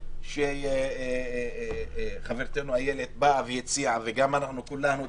וכולנו הצטרפנו,